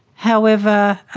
however,